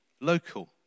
local